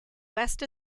west